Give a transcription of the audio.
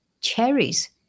cherries